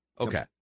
Okay